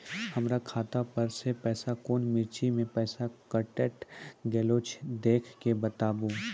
हमर खाता पर से पैसा कौन मिर्ची मे पैसा कैट गेलौ देख के बताबू?